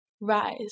rise